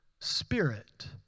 spirit